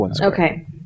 Okay